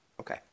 Okay